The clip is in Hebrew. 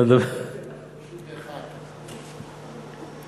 תגיד לי דבר אחד שהוא לא נכון,